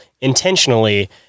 intentionally